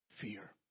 fear